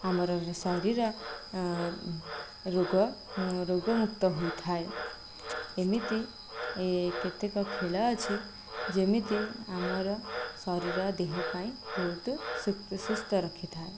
ଆମର ଶରୀର ରୋଗ ରୋଗ ମୁକ୍ତ ହୋଇଥାଏ ଏମିତି କେତେକ ଖେଳ ଅଛି ଯେମିତି ଆମର ଶରୀର ଦେହ ପାଇଁ ବହୁତ ସୁସ୍ଥ ରଖିଥାଏ